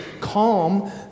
calm